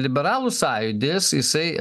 liberalų sąjūdis jisai